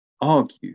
argue